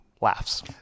laughs